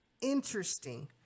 interesting